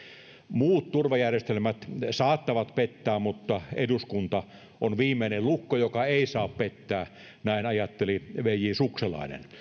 muut turvajärjestelmät saattavat pettää mutta eduskunta on viimeinen lukko joka ei saa pettää näin ajatteli viisi j sukselainen